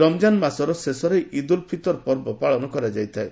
ରମ୍ଜାନ ମାସର ଶେଷରେ ଇଦ୍ ଉଲ୍ ଫିତର ପର୍ବ ପାଳନ କରାଯାଇଥାଏ